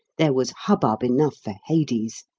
there was hubbub enough for hades.